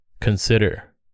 consider